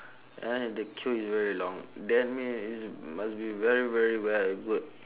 and the queue is very long that mean it's must be very very well good